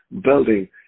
building